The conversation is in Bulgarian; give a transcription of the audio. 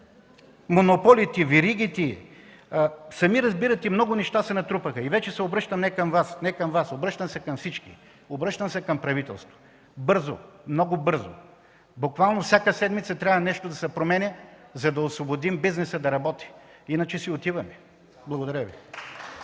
Монополите, веригите... сами разбирате, че много неща се натрупаха. И вече се обръщам не към Вас, обръщам се към всички, обръщам се към правителството. Бързо, много бързо, буквално всяка седмица трябва нещо да се променя, за да освободим бизнеса да работи, иначе си отиваме! Благодаря Ви.